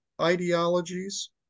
ideologies